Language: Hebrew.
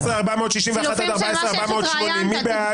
14,321 עד 14,340, מי בעד?